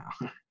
now